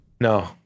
No